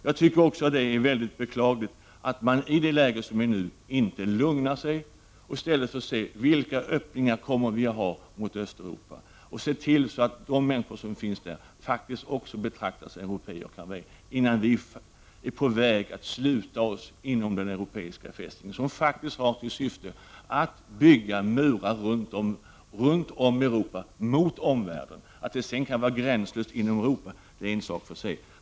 Det är också mycket beklagligt, tycker jag, att man i nuvarande läge inte lugnar sig. Vi bör se efter vilka öppningar vi kommer att ha mot Östeuropa och se till att de människor som bor där också betraktas som européer — innan vi är beredda att sluta oss inom den europeiska fästning som faktiskt har till syfte att bygga murar runt om i Europa mot omvärlden. Att det sedan kan vara gränslöst inom Europa, det är en sak för sig.